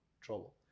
trouble